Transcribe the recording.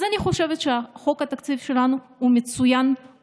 אז אני חושבת שחוק התקציב שלנו הוא מצוין,